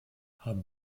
haben